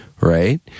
Right